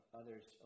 others